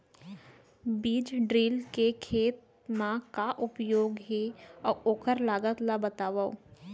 बीज ड्रिल के खेत मा का उपयोग हे, अऊ ओखर लागत ला बतावव?